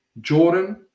Jordan